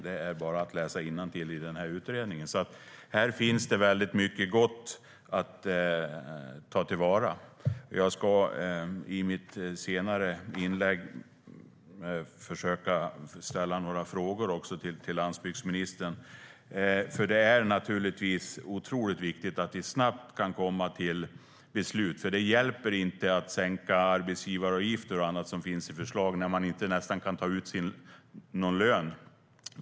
Det är bara att läsa innantill i utredningen. I den finns det mycket gott att ta till vara. I mitt nästa inlägg ska jag försöka ställa några frågor till landsbygdsministern. Det är naturligtvis otroligt viktigt att vi kan komma till beslut snabbt. Det hjälper inte att sänka arbetsgivaravgifter och annat som det finns förslag på när bönderna nästan inte kan ta ut någon lön.